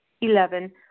Eleven